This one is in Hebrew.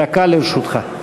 דקה לרשותך.